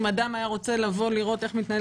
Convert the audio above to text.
אם אדם היה רוצה לבוא לראות איך מתנהל